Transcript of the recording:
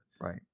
right